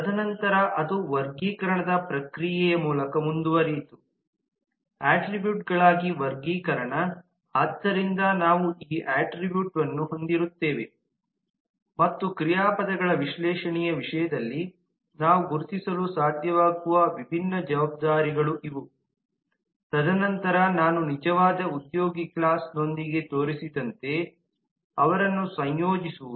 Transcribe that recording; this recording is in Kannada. ತದನಂತರ ಅದು ವರ್ಗೀಕರಣದ ಪ್ರಕ್ರಿಯೆಯ ಮೂಲಕ ಮುಂದುವರೆಯಿತುಅಟ್ರಿಬ್ಯೂಟ್ಗಳಾಗಿ ವರ್ಗೀಕರಣ ಆದ್ದರಿಂದ ನಾವು ಈ ಅಟ್ರಿಬ್ಯೂಟ್ವನ್ನು ಹೊಂದಿರುತ್ತೇವೆ ಮತ್ತು ಕ್ರಿಯಾಪದಗಳ ವಿಶ್ಲೇಷಣೆಯ ವಿಷಯದಲ್ಲಿ ನಾವು ಗುರುತಿಸಲು ಸಾಧ್ಯವಾಗುವ ವಿಭಿನ್ನ ಜವಾಬ್ದಾರಿಗಳು ಇವು ತದನಂತರ ನಾನು ನಿಜವಾದ ಉದ್ಯೋಗಿ ಕ್ಲಾಸ್ ನೊಂದಿಗೆ ತೋರಿಸಿದಂತೆ ಅವರನ್ನು ಸಂಯೋಜಿಸುವುದು